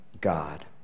God